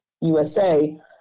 USA